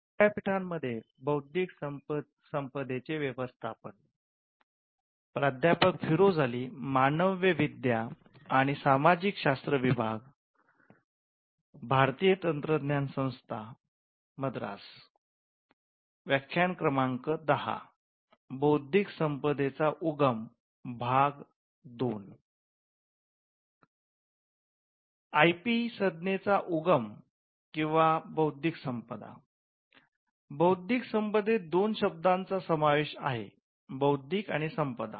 IP संज्ञेचा उगम किंवा बौद्धिक संपदा बौद्धिक संपदेत दोन शब्दांचा समावेश आहे बौद्धिक आणि संपदा